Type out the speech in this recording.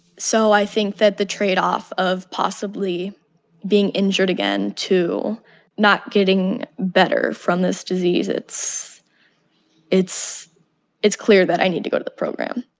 so i think that the trade-off of possibly being injured again to not getting better from this disease it's it's clear that i need to go to the program